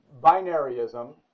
binaryism